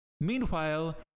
Meanwhile